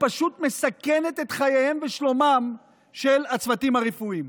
ופשוט מסכנת את חייהם ושלומם של הצוותים הרפואיים.